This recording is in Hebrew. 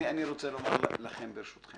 אתם מכירים את זה